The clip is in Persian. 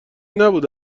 نبود